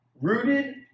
rooted